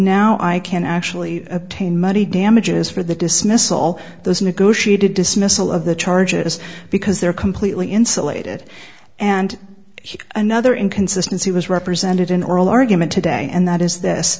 now i can actually obtain money damages for the dismissal all those negotiated dismissal of the charges because they're completely insulated and another inconsistency was represented in oral argument today and that is this